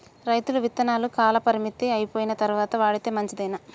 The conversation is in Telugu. రైతులు విత్తనాల కాలపరిమితి అయిపోయిన తరువాత వాడితే మంచిదేనా?